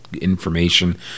information